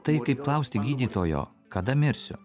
tai kaip klausti gydytojo kada mirsiu